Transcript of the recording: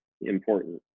important